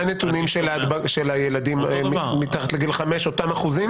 מה הנתונים של ילדים מתחת לגיל 5, אותם אחוזים?